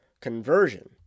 conversion